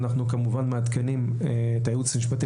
אנחנו כמובן מעדכנים את הייעוץ המשפטי